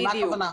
בדיוק.